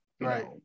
right